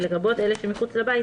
לרבות אלה שמחוץ לבית,